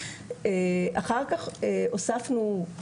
ואחר כך הוספנו,